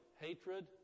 Hatred